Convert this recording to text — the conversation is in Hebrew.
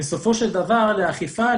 בסופו של דבר לאכיפה,